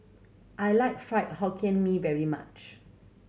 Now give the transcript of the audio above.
I like Fried Hokkien Mee very much